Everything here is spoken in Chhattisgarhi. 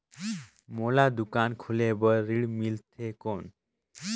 मोला दुकान खोले बार ऋण मिलथे कौन?